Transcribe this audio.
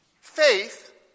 faith